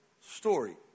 story